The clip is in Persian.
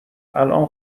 الان